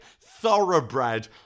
thoroughbred